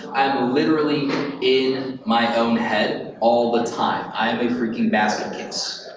literally in my own head all the time. i'm a freaking basket case.